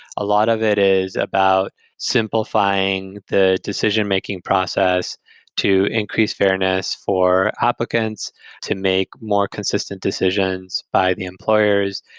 a lot of it is about simplifying the decision-making process to increase fairness for applicants to make more consistent decisions by the employers.